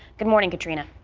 good morning katrina.